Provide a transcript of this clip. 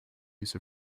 use